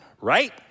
Right